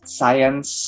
science